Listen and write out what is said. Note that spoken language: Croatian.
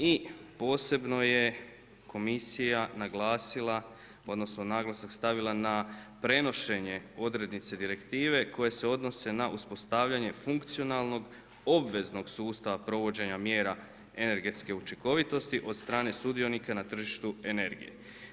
I posebno je Komisija naglasila, odnosno naglasak stavila na prenošenje odrednice direktive koje se odnose na uspostavljanje funkcionalnog obveznog sustava provođenja mjera energetske učinkovitosti od strane sudionika na tržištu energije.